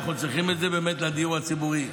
אנחנו צריכים את זה לדיור הציבורי.